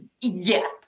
Yes